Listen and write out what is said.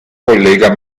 collega